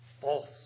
false